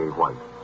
White